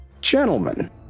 Gentlemen